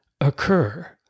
occur